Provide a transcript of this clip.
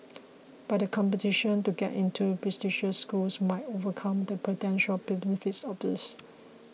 but the competition to get into prestigious schools might overcome the potential benefits of this